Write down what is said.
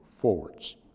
forwards